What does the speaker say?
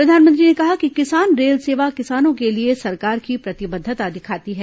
प्रधानमंत्री ने कहा कि किसान रेल सेवा किसानों के लिए सरकार की प्रतिबद्धता दिखाती है